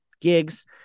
gigs